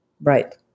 Right